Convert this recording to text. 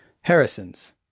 Harrison's